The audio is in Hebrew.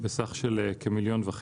בסך 1.5